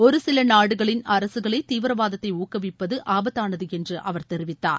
ஒருசில நாடுகளின் அரசுகளே தீவிரவாதத்தை ஊக்குவிப்பது ஆபத்தானது என்று அவர் தெரிவித்தார்